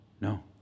No